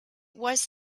was